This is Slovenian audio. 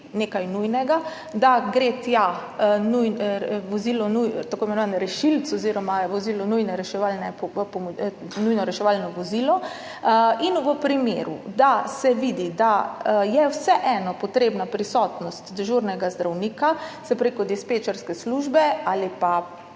nekaj nujnega, da gre tja tako imenovani rešilec oziroma nujno reševalno vozilo in v primeru, da se vidi, da je vseeno potrebna prisotnost dežurnega zdravnika, se prek dispečerske službe ali pa